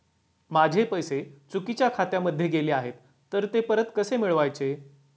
माझे पैसे चुकीच्या खात्यामध्ये गेले आहेत तर ते परत कसे मिळवायचे?